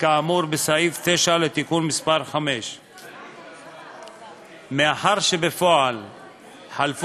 כאמור בסעיף 9 לתיקון מס' 5. מאחר שבפועל חלפו